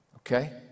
Okay